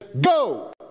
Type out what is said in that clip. go